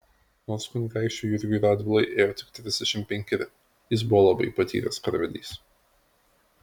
nors kunigaikščiui jurgiui radvilai ėjo tik trisdešimt penkeri jis buvo labai patyręs karvedys